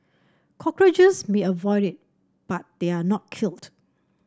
cockroaches may avoid it but they are not killed